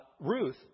Ruth